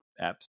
apps